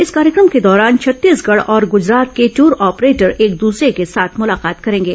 इस कार्यक्रम के दौरान छत्तीसगढ़ और गुजरात के ट्र ऑपरेटर एक दूसरे के साथ मुलाकात करेंगे